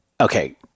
Okay